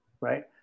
right